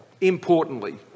importantly